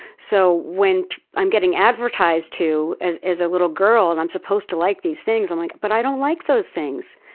so when i'm getting advertised to as as a little girl and i'm supposed to like these things, i'm like, but i don't like those things.